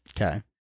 Okay